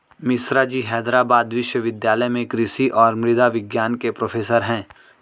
मिश्राजी हैदराबाद विश्वविद्यालय में कृषि और मृदा विज्ञान के प्रोफेसर हैं